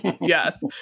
yes